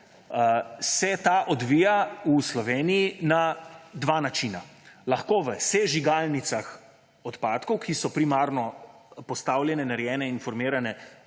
se ta odvija v Sloveniji na dva načina: lahko v sežigalnicah odpadkov, ki so primarno postavljene, narejene in formirane